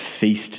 feast